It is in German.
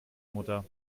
mutter